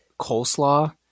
coleslaw